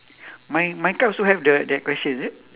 my my card also have the that question is it